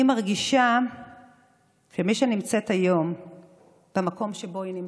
אני מרגישה כמי שלא בכדי נמצאת היום במקום שבו היא נמצאת.